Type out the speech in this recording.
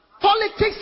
Politics